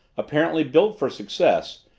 apparently built for success,